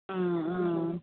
മ്മ് മ്മ്